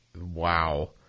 wow